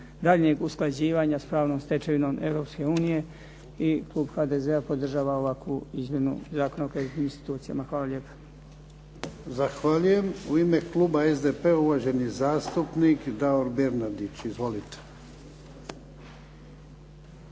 daljnjeg usklađivanja s pravnom stečevinom Europske unije. Klub HDZ-a podržava ovakvu izmjenu Zakona o kreditnim institucijama. Hvala lijepo. **Jarnjak, Ivan (HDZ)** Zahvaljujem. U ime kluba SDP-a uvaženi zastupnik Davor Bernardić. Izvolite.